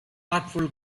artful